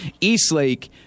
Eastlake